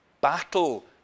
battle